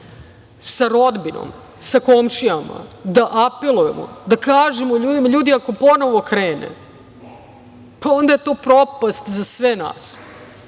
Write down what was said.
sa rodbinom, sa komšijama da apelujemo, da kažemo – ljudi ako ponovo krene, onda je to propast za sve nas